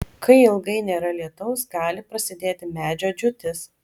kai ilgai nėra lietaus gali prasidėti medžio džiūtis